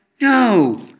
No